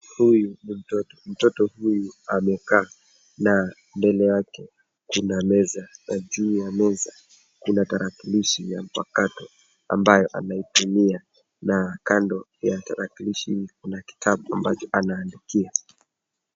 Huyu ni mtoto. Mtoto huyu amekaa na mbele yake kuna meza, na juu ya meza kuna tarakilishi ya mpakato, ambayo anaitumia, na kando ya tarakilishi hiyo kuna kitabu ambacho anaandikia.